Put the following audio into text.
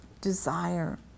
desire